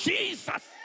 Jesus